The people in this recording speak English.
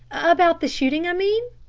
about the shooting i mean?